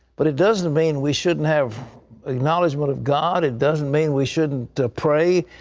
but it doesn't mean we shouldn't have acknowledgement of god. it doesn't mean we shouldn't pray.